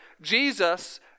Jesus